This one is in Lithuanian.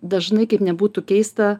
dažnai kaip nebūtų keista